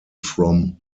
from